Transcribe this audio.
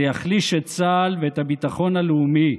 זה יחליש את צה"ל ואת הביטחון הלאומי.